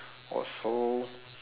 or so